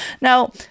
Now